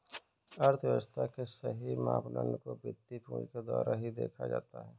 अर्थव्यव्स्था के सही मापदंड को वित्तीय पूंजी के द्वारा ही देखा जाता है